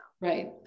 right